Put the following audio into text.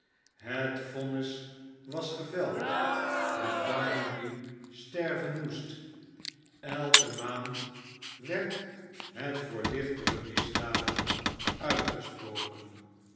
het vonnis was geveld dat barnaby sterven moest elke maand werd het voor lichtere misdaden uitgesproken